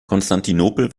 konstantinopel